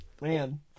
Man